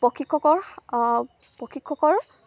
প্ৰশিক্ষকৰ প্ৰশিক্ষকৰ